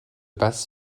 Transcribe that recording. passe